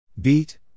Beat